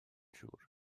siŵr